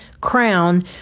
crown